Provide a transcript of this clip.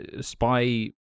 spy